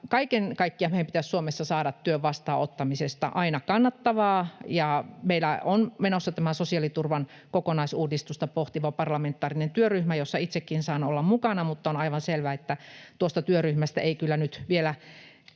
Kaiken kaikkiaan meidän pitäisi Suomessa saada työn vastaanottamisesta aina kannattavaa. Meillä on menossa tämä sosiaaliturvan kokonaisuudistusta pohtiva parlamentaarinen työryhmä, jossa itsekin saan olla mukana, mutta on aivan selvää, että tuosta työryhmästä ei kyllä nyt vielä